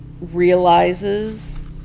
realizes